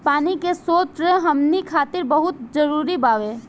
पानी के स्रोत हमनी खातीर बहुत जरूरी बावे